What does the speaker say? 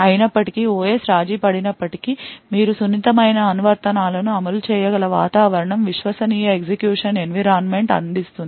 అయినప్పటికీ OS రాజీ పడినప్పటికీ మీరు సున్నితమైన అనువర్తనాలను అమలు చేయగల వాతావరణం విశ్వసనీయ ఎగ్జిక్యూషన్ ఎన్విరాన్మెంట్ అందిస్తుంది